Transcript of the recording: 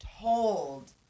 told